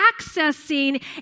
accessing